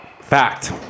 Fact